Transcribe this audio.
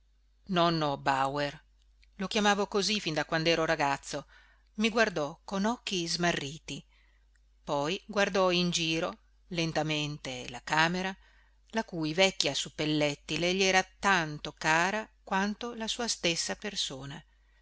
quandero ragazzo mi guardò con occhi smarriti poi guardò in giro lentamente la camera la cui vecchia suppellettile gli era tanto cara quanto la sua stessa persona